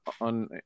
On